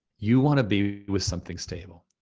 you want to be with something stable.